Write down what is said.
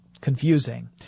confusing